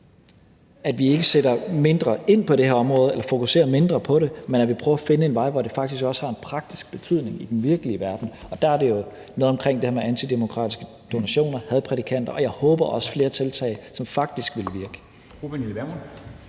at vi ikke sætter mindre ind på det her område eller fokuserer mindre på det, men at vi prøver at finde en vej, hvor det faktisk også har en praktisk betydning i den virkelige verden. Og det er jo noget i forhold til det her med antidemokratiske donationer, hadprædikanter og, håber jeg, også flere tiltag, som faktisk ville virke.